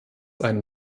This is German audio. einen